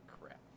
crap